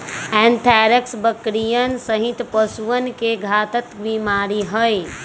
anthrax बकरियन सहित पशुअन के घातक बीमारी हई